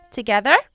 Together